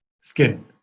skin